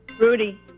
Rudy